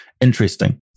interesting